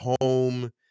home